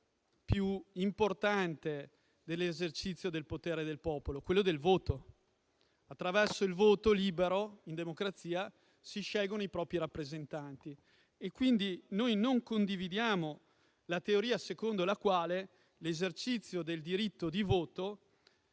più importante del potere del popolo? Quello del voto. Attraverso il voto libero in democrazia si scelgono i propri rappresentanti e, quindi, noi non condividiamo la teoria secondo la quale l'esercizio del diritto di voto